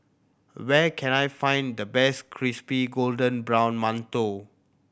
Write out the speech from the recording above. where can I find the best crispy golden brown mantou